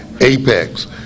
apex